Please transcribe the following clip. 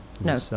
No